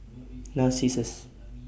Narcissus